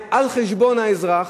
על חשבון האזרח,